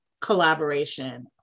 collaboration